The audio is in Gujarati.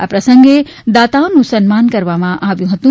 આ પ્રસંગે દાતાઓનુ સન્માન કરવામાં આવ્યુ હતુ